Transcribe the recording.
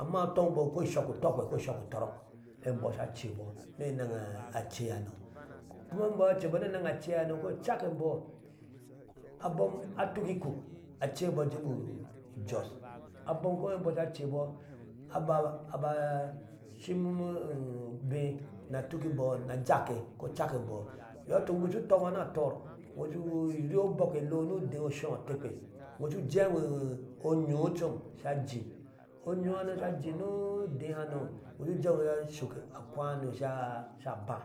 Amma atɔŋbɔ koo ushok utɔhwe hɛɛ imbɔɔ sha acebɔ ni eŋe aceihano kuma imbɔɔ sha acebɔ ni nɛŋ aceihano ko cak imbɔɔ abom atuk ikuk acebɔ ajeebɔ ujos, abom eimbɔɔ sha cebɔɔ aba ashim obe ni atuk imbɔɔ ni. a jakke ko vak imbɔɔ. iyɔi ituk bik shu utɔŋŋo ni atɔɔr uriiobɔk elo ni udee o oshɔɔ otekpe, iŋo shu jeeŋo onyocom sha ajin onyohane sha ajin ni udehano sha shuk ni akano oha baa, injoo